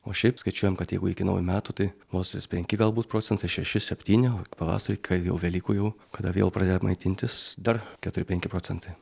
o šiaip skaičiuojam kad jeigu iki naujų metų tai vos penki galbūt procentai šeši septyni o pavasarį ka jau velykų jau kada vėl pradeda maitintis dar keturi penki procentai